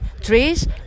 trees